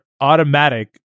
Automatic